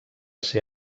ser